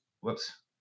whoops